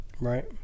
Right